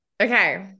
okay